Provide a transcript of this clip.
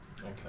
Okay